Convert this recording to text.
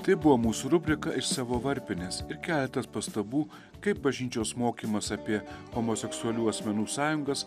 tai buvo mūsų rubrika iš savo varpinės ir keletas pastabų kaip bažnyčios mokymas apie homoseksualių asmenų sąjungas